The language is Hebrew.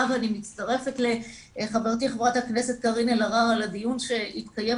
ואני מצטרפת לחברתי ח"כ קארין אלהרר על הדיון שהתקיים